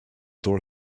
door